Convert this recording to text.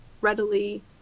readily